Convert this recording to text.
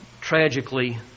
tragically